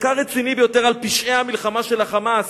מחקר רציני ביותר על פשעי המלחמה של ה"חמאס",